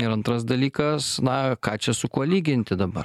ir antras dalykas na ką čia su kuo lyginti dabar